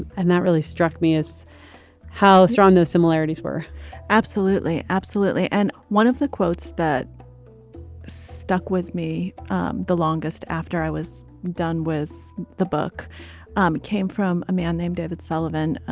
and that really struck me as how strong those similarities were absolutely. absolutely. and one of the quotes that stuck with me um the longest after i was done was the book um came from a man named david sullivan,